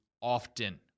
often